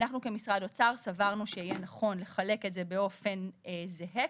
אנחנו כמשרד האוצר סברנו שיהיה נכון לחלק את זה באופן זהה.